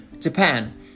Japan